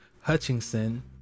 Hutchinson